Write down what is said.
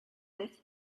with